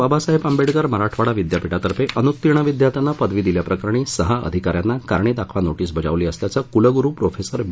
बाबासाहेब आंबेडकर मराठवाडा विद्यापीठातर्फे अनुत्तीर्ण विद्यार्थ्यांना पदवी दिल्याप्रकरणी सहा अधिकाऱ्यांना कारणे दाखवा नोटीस बजावली असल्याचं कुलगुरु प्रोफेसर बी